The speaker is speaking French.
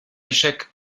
échec